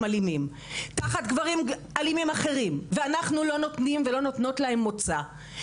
עם גברים אלימים אחרים ואנחנו לא נותנים ולא נותנות להם מוצא.